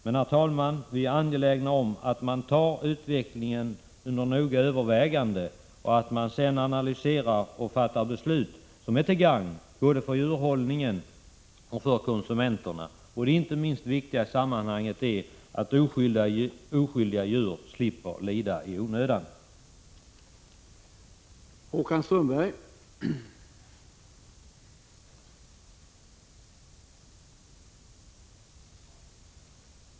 Men, herr talman, vi är angelägna om att man tar utvecklingen under noggrant övervägande och sedan analyserar och fattar beslut som är till gagn både för djurhållningen och för konsumenterna. Det inte minst viktiga i sammanhanget är att oskyldiga — Prot. 1986/87:24 djur skall slippa lida i onödan.